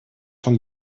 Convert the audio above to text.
von